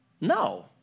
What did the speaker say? No